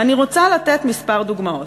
ואני רוצה לתת כמה דוגמאות.